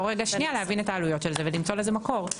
או להבין את העלויות של זה ולמצוא לזה מקור.